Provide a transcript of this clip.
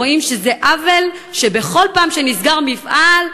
רואים שזה עוול שבכל פעם שנסגר מפעל,